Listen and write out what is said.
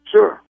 Sure